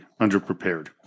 underprepared